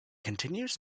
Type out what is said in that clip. continues